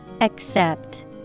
Accept